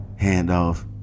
Handoff